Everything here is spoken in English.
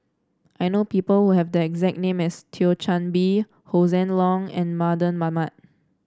I know people who have the exact name as Thio Chan Bee Hossan Leong and Mardan Mamat